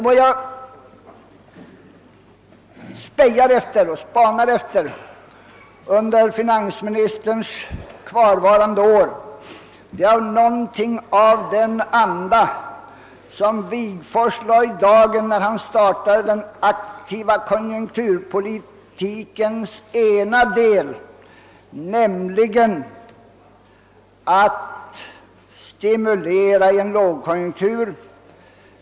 Vad jag spanar efter under finansministerns kvarvarande år på sin post är något av den anda som Wigforss lade i dagen när han startade den aktiva konjunkturpolitikens ena del, nämligen förmågan att stimulera i en lågkonjunktur.